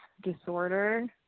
disorder